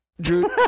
Drew